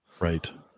right